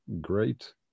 great